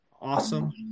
awesome